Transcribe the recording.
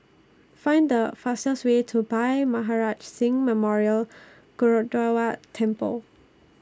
Find The fastest Way to Bhai Maharaj Singh Memorial Gurdwara Temple